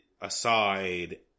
aside